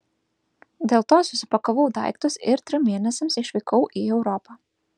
dėl to susipakavau daiktus ir trim mėnesiams išvykau į europą